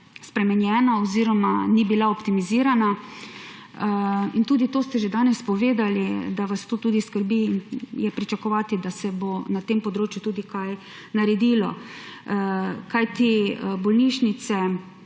spremenjena oziroma ni bila optimizirana. In tudi to ste že danes povedali, da vas to tudi skrbi in je pričakovati, da se bo na tem področju tudi kaj naredilo. Rekli